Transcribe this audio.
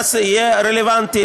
שהקנס יהיה רלוונטי.